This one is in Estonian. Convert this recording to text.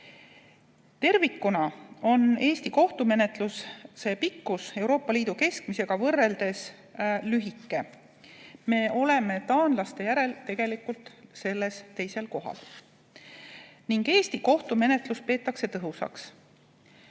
Tervikuna on Eesti kohtumenetluse pikkus Euroopa Liidu keskmisega võrreldes lühike. Me oleme selles taanlaste järel tegelikult teisel kohal. Eesti kohtumenetlust peetakse tõhusaks.